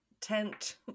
tent